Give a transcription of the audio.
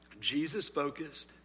Jesus-focused